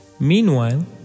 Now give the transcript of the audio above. Meanwhile